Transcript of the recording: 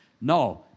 No